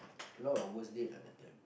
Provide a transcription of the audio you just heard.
a lot of worst date ah that time